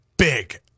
Big